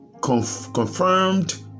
Confirmed